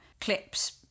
clips